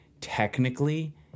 technically